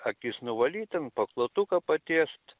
akis nuvalyt ten paklotuką patiest